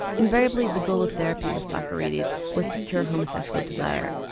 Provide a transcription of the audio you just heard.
invariably the goal of therapy with socarides was to cure homosexual desire,